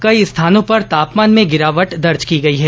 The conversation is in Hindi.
कई स्थानों पर तापमान में गिरावट दर्ज की गई है